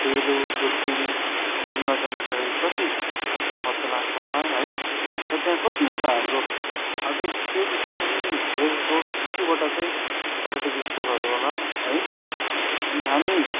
डेलो दुर्बिन घुम्न जानको लागि कति खर्च लाग्छ होला है र त्यहाँ कतिवटा हाम्रो अझै त्योदेखि पनि धेरथोर कतिवटा चाहिँ पर्यटकीय स्थलहरू होला है अनि हामी